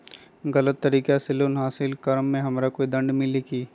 गलत तरीका से लोन हासिल कर्म मे हमरा दंड मिली कि?